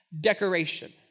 decoration